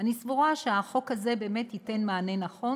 אני סבורה שהחוק הזה באמת ייתן מענה נכון